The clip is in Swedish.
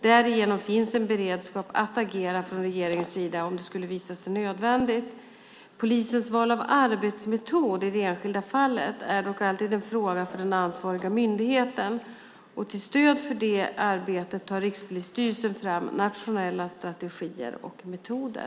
Därigenom finns en beredskap att agera från regeringens sida om det skulle visa sig nödvändigt. Polisens val av arbetsmetod i det enskilda fallet är alltid en fråga för den ansvariga polismyndigheten. Till stöd för det arbetet tar Rikspolisstyrelsen fram nationella strategier och metoder.